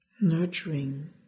nurturing